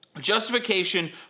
justification